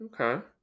Okay